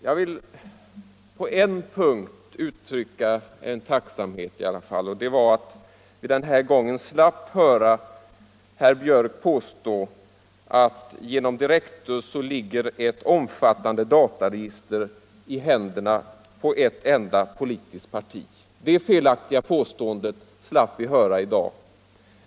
Jag vill i aila fall uttrycka tacksamhet för en sak och det är att vi denna gång slapp höra herr Björck påstå att genom Direktus ligger ett omfattande dataregister i händerna på ett enda parti. Det felaktiga påståendet förekom i förra årets debatt.